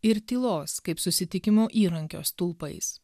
ir tylos kaip susitikimų įrankio stulpais